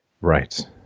Right